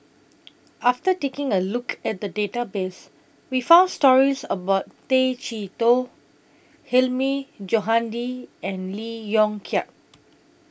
after taking A Look At The Database We found stories about Tay Chee Toh Hilmi Johandi and Lee Yong Kiat